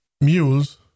mules